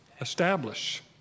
Establish